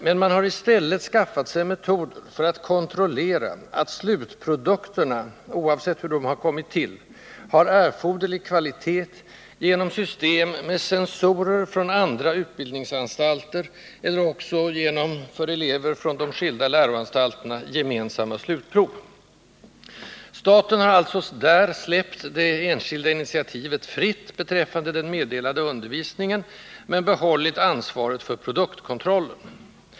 Men man har i stället skaffat sig metoder för att kontrollera att slutprodukterna, oavsett hur de har kommit till, har erforderlig kvalitet. Det sker genom ett system med censorer från andra utbildningsanstalter eller också genom för elever från de skilda läroanstalterna gemensamma slutprov. Staten har alltså släppt det enskilda initiativet fritt beträffande den meddelade undervisningen men behållit ansvaret för produktkontrollen.